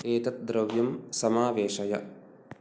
एतत् द्रव्यं समावेशय